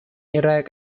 iraq